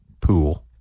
pool